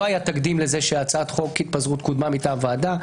לא היה תקדים לזה שהצעת חוק התפזרות קודמה מטעם ועדה,